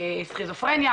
סכיזופרניה,